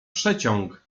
przeciąg